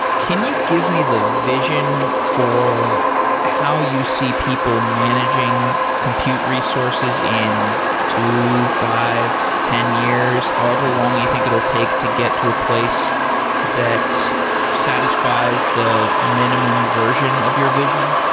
can you give me the vision for how you see people managing compute resources in two, five, ten years, however long you think it'll take to get to a place that satisfies the minimum version of your vision?